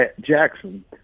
Jackson